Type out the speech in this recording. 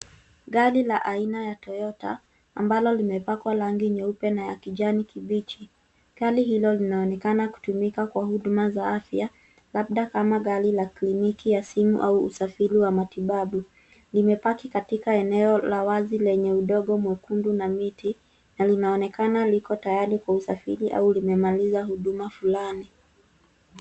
Gari la aina ya toyota ambalo limepakwa rangi nyeupe na ya kijani kibichi. Gari hilo linaonekana kutumika Kwa huduma za afya. Labda kama gari la kliniki ya simu au usafiri wa matibabu. Lime [cs park katika eneo la wazi lenye udongo mwekundu na miti na linaonekana liko tayari Kwa usafiri au limemaliza huduma fulani.